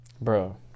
Bro